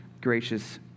gracious